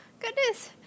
goodness